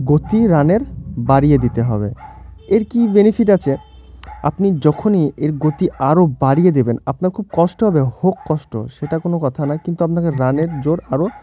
গতি রানের বাড়িয়ে দিতে হবে এর কী বেনিফিট আছে আপনি যখনই এর গতি আরও বাড়িয়ে দেবেন আপনার খুব কষ্ট হবে হোক কষ্ট সেটা কোনো কথা না কিন্তু আপনাকে রানের জোর আরও